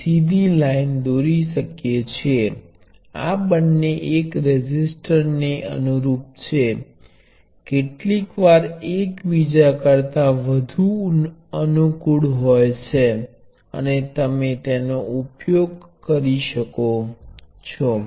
તેથી હું ફક્ત દાખલા માટે સંખ્યાબંધ રેઝિસ્ટર લઈશ ચાલો હું તેમાંથી ત્રણ નીચે મૂકી દઉં